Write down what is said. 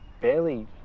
barely